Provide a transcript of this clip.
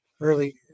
early